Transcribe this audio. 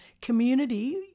community